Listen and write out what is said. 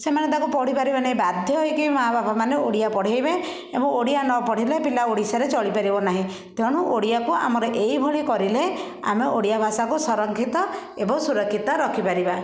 ସେମାନେ ତାକୁ ପଢ଼ିପାରିବେନି ବାଧ୍ୟ ହେଇକି ମା ବାପାମାନେ ଓଡ଼ିଆ ପଢ଼େଇବେ ଏବଂ ଓଡ଼ିଆ ନ ପଢ଼େଇଲେ ପିଲା ଓଡ଼ିଶାରେ ଚଳିପାରିବ ନାହିଁ ତେଣୁ ଓଡ଼ିଆକୁ ଆମର ଏଇ ଭଳି କରିଲେ ଆମେ ଓଡ଼ିଆ ଭାଷାକୁ ସଂରକ୍ଷିତ ଏବଂ ସୁରକ୍ଷିତ ରଖିପାରିବା